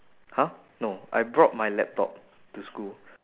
!huh! no I brought my laptop to school